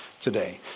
today